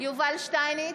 יובל שטייניץ,